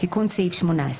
תיקון סעיף 18